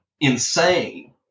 insane